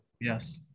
Yes